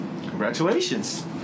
Congratulations